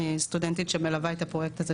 סטודנטית שמלווה את הפרויקט הזה,